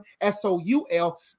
S-O-U-L